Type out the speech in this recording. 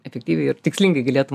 efektyviai ir tikslingai galėtum